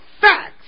facts